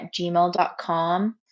gmail.com